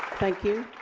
thank you.